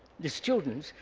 the students,